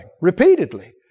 repeatedly